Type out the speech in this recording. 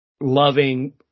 loving